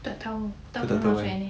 aku tak tahu tak pernah masuk N_S